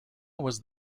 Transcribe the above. was